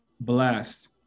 blast